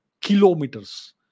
kilometers